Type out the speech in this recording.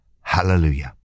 Hallelujah